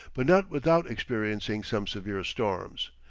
but not without experiencing some severe storms.